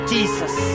Jesus